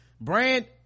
Brand